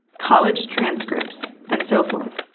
college transcripts and so forth.